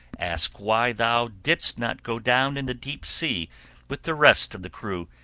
ask why thou didst not go down in the deep sea with the rest of the crew,